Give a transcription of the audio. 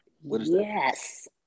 Yes